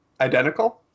Identical